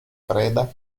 preda